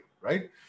right